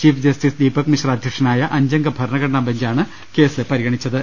chief justice Dipak Misra അധ്യ ക്ഷനായ അഞ്ചംഗ ഭരണഘട്നാബ്ഞ്ചാണ് case പരിഗണിച്ച ത്